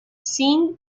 zinc